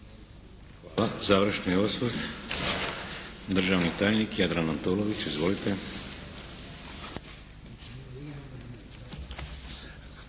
Hvala. Završni osvrt, državni tajnik Jadran Antolović. Izvolite.